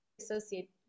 associate